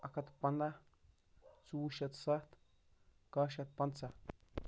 اَکھ ہَتھ تہٕ پنٛداہ ژوٚوُہ شیٚتھ سَتھ کاہہ شیٚتھ پنٛژاہ